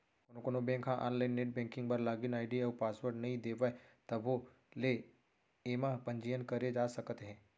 कोनो कोनो बेंक ह आनलाइन नेट बेंकिंग बर लागिन आईडी अउ पासवर्ड नइ देवय तभो ले एमा पंजीयन करे जा सकत हे